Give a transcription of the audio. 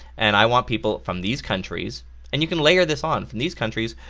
and i want people from these countries and you can layer this on, from these countries,